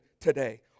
today